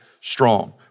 strong